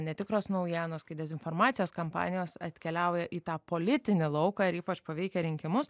netikros naujienos kai dezinformacijos kampanijos atkeliauja į tą politinį lauką ir ypač paveikia rinkimus